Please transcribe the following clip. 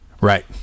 Right